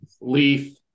Leaf